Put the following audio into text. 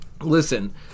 Listen